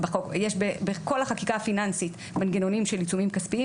יש בכל החקיקה הפיננסית מנגנונים של עיצומים כספיים.